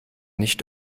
nicht